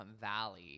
Valley